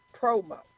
promo